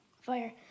fire